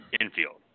infield